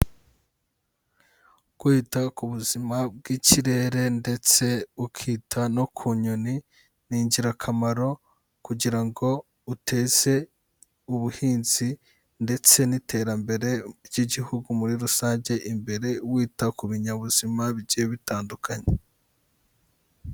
Kwita ku buzima bw'ikirere ndetse ukita no ku nyoni ni ingirakamaro kugira ngo uteze ubuhinzi ndetse n'iterambere ry'igihugu muri rusange imbere, wita ku binyabuzima bigiye bitandukanye.